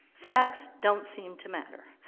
facts don't seem to matter,